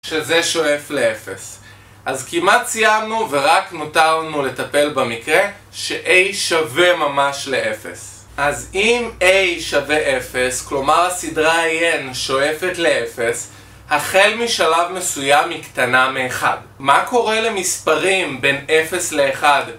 שזה שואף לאפס אז כמעט סיימנו ורק נותרנו לטפל במקרה שa שווה ממש לאפס אז אם a שווה 0, כלומר הסדרה an שואפת לאפס החל משלב מסוים מקטנה מ-1 מה קורה למספרים בין 0 ל-1?